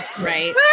right